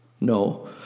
No